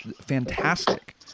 fantastic